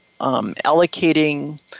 allocating